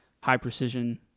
high-precision